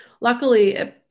luckily